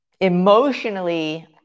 Emotionally